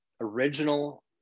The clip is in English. original